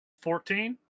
Fourteen